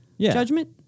judgment